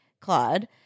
Claude